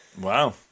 Wow